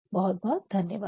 बहुत बहुत धन्यवाद्